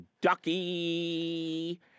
ducky